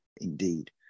Indeed